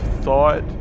thought